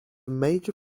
major